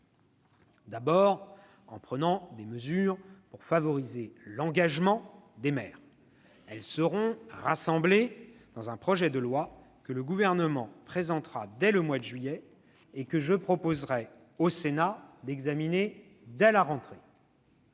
D'abord, en prenant des mesures pour favoriser l'engagement des maires. Elles seront rassemblées dans un projet de loi que le Gouvernement présentera dès le mois de juillet et que je proposerai au Sénat d'examiner dès la rentrée.